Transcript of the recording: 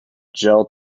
gel